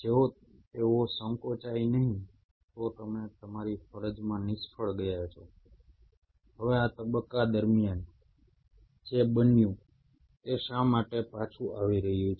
જો તેઓ સંકોચાઈ નહીં તો તમે તમારી ફરજમાં નિષ્ફળ ગયા છો હવે આ તબક્કા દરમિયાન જે બન્યું તે શા માટે પાછું આવી રહ્યું છે